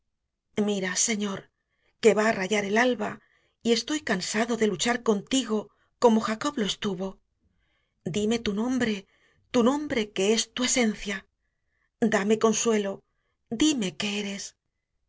mira señor que va á rayar el alba y estoy cansado de luchar contigo como jacob lo estuvo díme tu nombre tu nombre que es tu esencia dame consuelo díme que eres